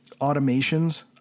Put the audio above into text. automations